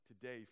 today